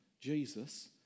Jesus